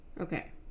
Okay